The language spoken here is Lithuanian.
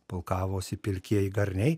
pulkavosi pilkieji garniai